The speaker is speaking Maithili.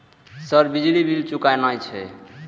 सर बिजली बील चूकेना छे?